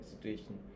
Situation